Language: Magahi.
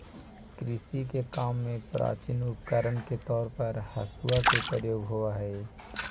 कृषि के काम में प्राचीन उपकरण के तौर पर हँसुआ के प्रयोग होवऽ हई